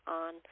on